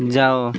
ଯାଅ